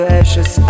ashes